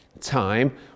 time